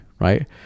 right